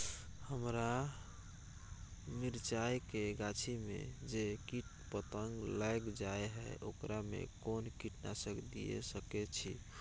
हमरा मिर्चाय के गाछी में जे कीट पतंग लैग जाय है ओकरा में कोन कीटनासक दिय सकै छी?